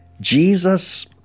Jesus